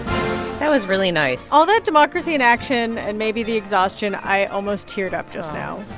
that was really nice all that democracy in action and maybe the exhaustion i almost teared up just now.